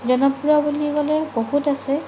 জনপ্ৰিয় বুলি ক'লে বহুত আছে